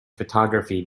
photography